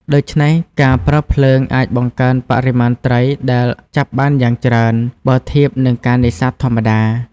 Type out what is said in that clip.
ដូច្នេះ ការប្រើភ្លើងអាចបង្កើនបរិមាណត្រីដែលចាប់បានយ៉ាងច្រើន បើធៀបនឹងការនេសាទធម្មតា។